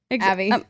Abby